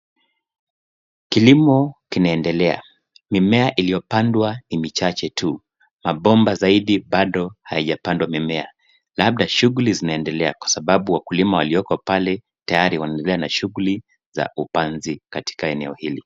Kilimo inaendelea. Mimea iliyopandwa ni michache tu. mabomba zaidi bado hayajapandwa mimea labda shugulia zinaendelea kwa sababu wakulima walioko pale tayari wanaendelea na shuguli za upanzi katika eneo hili.